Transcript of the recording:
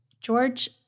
George